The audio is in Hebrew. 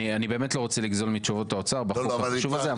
אני באמת לא רוצה לגזול מתשובות האוצר בחוק החשוב הזה.